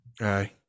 Aye